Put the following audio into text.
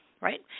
right